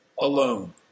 alone